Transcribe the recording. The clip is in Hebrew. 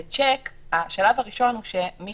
בשיק, השלב הראשון הוא שמי